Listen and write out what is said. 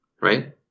right